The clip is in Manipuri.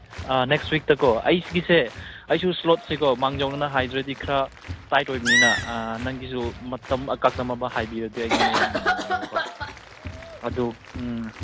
ꯑꯥ ꯅꯦꯛꯁ ꯋꯤꯛꯇꯀꯣ ꯑꯩꯒꯤꯁꯦ ꯑꯩꯁꯨ ꯏꯁꯂꯣꯠꯁꯦꯀꯣ ꯃꯥꯡꯖꯧꯅꯅ ꯍꯥꯏꯗ꯭ꯔꯗꯤ ꯈꯔ ꯇꯥꯏꯠ ꯑꯣꯏꯕꯅꯤꯅ ꯅꯪꯒꯤꯁꯨ ꯃꯇꯝ ꯑꯀꯛꯅꯕ ꯑꯃ ꯍꯥꯏꯕꯤꯔꯗꯤ ꯑꯩꯉꯣꯟꯗ ꯌꯥꯝ ꯅꯨꯡꯉꯥꯏꯒꯅꯦꯕꯀꯣ ꯑꯗꯨ